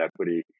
equity